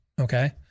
Okay